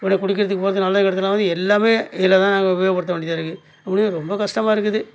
ஒரு குடிக்கிறதுக்கு போது நல்லது கெட்டதுக்குன்னாவது எல்லாமே இதில் தான் நாங்கள் உபயோகப்படுத்த வேண்டியதாக இருக்குது அப்படியே ரொம்ப கஷ்டமாக இருக்குது